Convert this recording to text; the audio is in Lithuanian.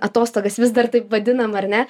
atostogas vis dar taip vadinam ar ne